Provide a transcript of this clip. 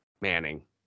Manning